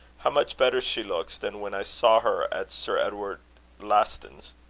how much better she looks than when i saw her at sir edward lastons.